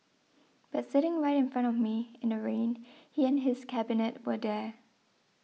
but sitting right in front of me in the rain he and his cabinet were there